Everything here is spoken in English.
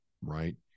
right